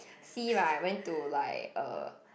C right when to like uh